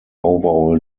overall